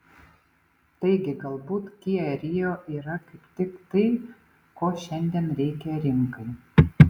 taigi galbūt kia rio yra kaip tik tai ko šiandien reikia rinkai